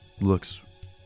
looks